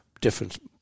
different